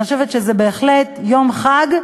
אני חושבת שזה בהחלט יום חג,